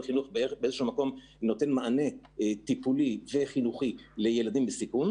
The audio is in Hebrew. החינוך באיזה שהוא מקום נותן מענה טיפולי וחינוכי לילדים בסיכון.